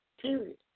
period